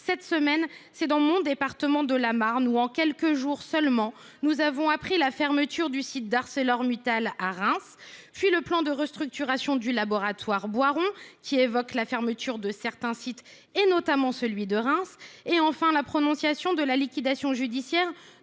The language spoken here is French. Cette semaine, dans le département de la Marne, nous avons appris, en quelques jours seulement, la fermeture du site d’ArcelorMittal à Reims, puis le plan de restructuration du laboratoire Boiron, qui évoque la fermeture de certains sites, dont celui de Reims, et enfin la prononciation de la liquidation judiciaire